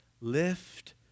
lift